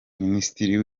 minisitiri